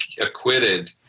acquitted